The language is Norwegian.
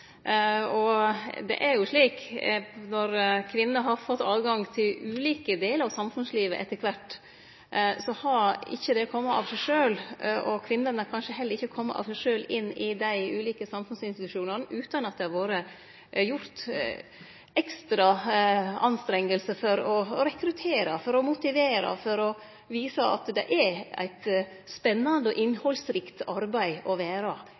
og det er jo kanskje ikkje så ambisiøst, det er litt lite forpliktande. Når kvinnene har fått tilgang til ulike delar av samfunnslivet etter kvart, har ikkje det kome av seg sjølv. Kvinnene hadde kanskje heller ikkje kome av seg sjølve inn i dei ulike samfunnsinstitusjonane utan at ein hadde anstrengt seg ekstra for å rekruttere, for å motivere, for å vise at det er eit spennande og innhaldsrikt arbeid å